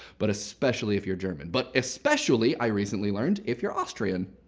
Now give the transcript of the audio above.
but especially if you're german. but especially, i recently learned, if you're austrian.